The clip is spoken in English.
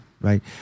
right